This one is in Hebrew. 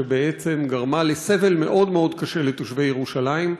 שבעצם גרמה סבל מאוד קשה לתושבי ירושלים.